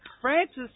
Francis